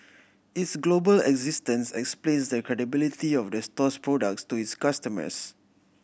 its global existence explains the credibility of the store's products to its customers